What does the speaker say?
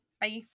Bye